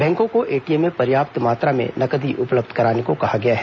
बैंको को एटीएम में पर्याप्त मात्रा में नकदी उपलब्ध कराने को कहा गया है